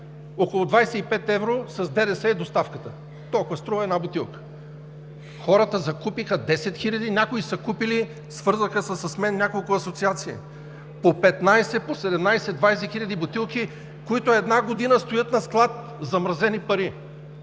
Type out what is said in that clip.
Около 25 евро с ДДС е доставката, толкова струва една бутилка. Хората закупиха 10 хиляди, някои са купили – свързаха се с мен няколко асоциации – по 15, по 17, 20 хиляди бутилки, които една година стоят на склад замразени пари.